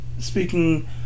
Speaking